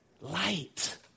light